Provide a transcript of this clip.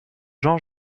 jean